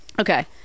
Okay